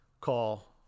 call